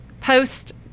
post-